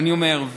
אני אומר,